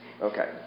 Okay